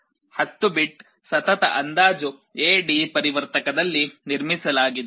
10 bit ಸತತ ಅಂದಾಜು A D ಪರಿವರ್ತಕದಲ್ಲಿ ನಿರ್ಮಿಸಲಾಗಿದೆ